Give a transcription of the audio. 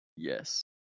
Yes